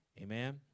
Amen